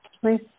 Please